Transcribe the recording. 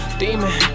demon